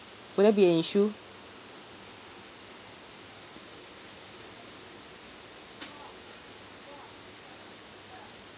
will that be an issue